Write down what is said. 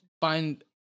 find